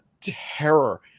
terror